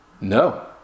No